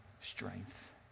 strength